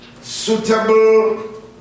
suitable